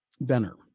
Benner